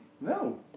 No